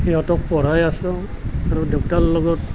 সিহঁতক পঢ়াই আছোঁ আৰু দেউতাৰ লগত